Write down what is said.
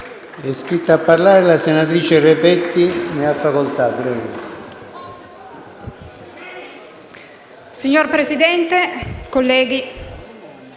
Signor Presidente, colleghi,